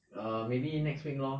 err maybe next week lor